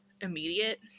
immediate